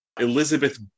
elizabeth